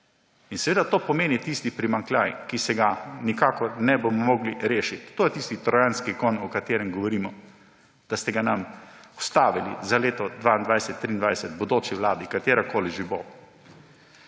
za 34,2 %. To pomeni tisti primanjkljaj, ki se ga nikakor ne bomo mogli rešiti. To je tisti trojanski konj, o katerem govorimo, da ste ga nam vstavili za leti 2022 in 2023 bodoči vladi, katerakoli že bo.